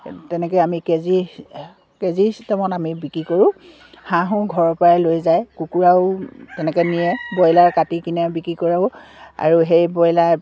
তেনেকৈ আমি কেজি কেজিৰ ছিষ্টেমত আমি বিক্ৰী কৰোঁ হাঁহো ঘৰৰ পৰাই লৈ যায় কুকুৰাও তেনেকৈ নিয়ে ব্ৰইলাৰ কাটি কিনে বিক্ৰী কৰোঁ আৰু সেই ব্ৰইলাৰ